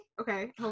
okay